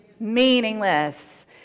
meaningless